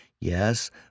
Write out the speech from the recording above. Yes